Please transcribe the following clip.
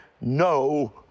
No